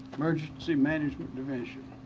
emergency management division.